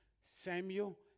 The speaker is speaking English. Samuel